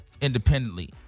independently